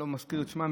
אני לא מזכיר את שמה,